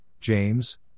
James